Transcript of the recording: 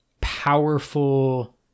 powerful